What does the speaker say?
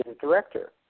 director